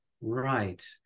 Right